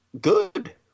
good